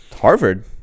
Harvard